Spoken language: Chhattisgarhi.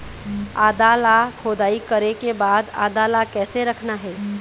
आदा ला खोदाई करे के बाद आदा ला कैसे रखना हे?